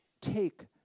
Take